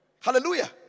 Hallelujah